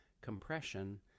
compression